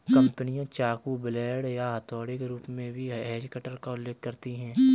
कंपनियां चाकू, ब्लेड या हथौड़े के रूप में भी हेज कटर का उल्लेख करती हैं